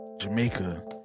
jamaica